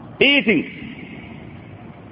Eating